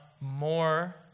more